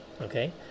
okay